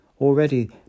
Already